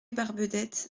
barbedette